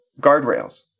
guardrails